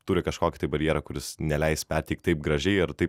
turi kažkokį tai barjerą kuris neleis perteikti taip gražiai ar taip